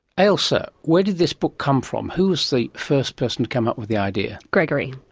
ailsa, where did this book come from? who was the first person to come up with the idea? gregory.